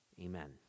Amen